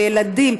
בילדים,